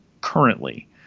currently